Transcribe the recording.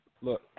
look